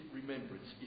remembrance